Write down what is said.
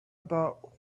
about